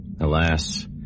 Alas